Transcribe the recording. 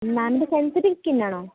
മാമിൻ്റെ sensitive skin ആണോ